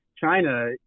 China